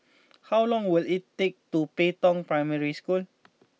how long will it take to Pei Tong Primary School